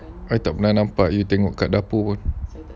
I tak pernah nampak you tengok kat dapur pun